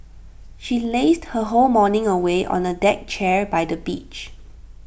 she lazed her whole morning away on A deck chair by the beach